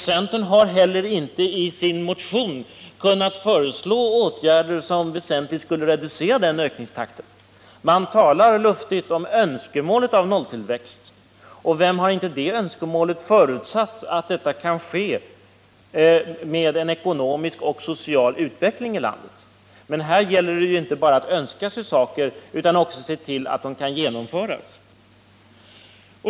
Centern har inte heller i sin motion kunnat föreslå några åtgärder som väsentligt skulle kunna reducera den ökningstakten. Man talar luftigt om önskemålet om nolltillväxt. Vem har inte det önskemålet, förutsatt att nolltillväxt kan förenas med en ekonomisk och social utveckling i landet? Men här gäller det ju inte bara att önska sig saker utan också att se till att de kan genomföras.